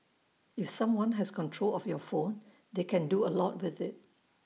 if someone has control of your phone they can do A lot with IT